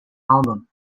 album